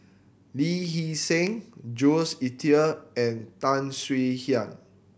Lee Hee Seng Jules Itier and Tan Swie Hian